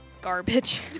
garbage